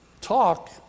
talk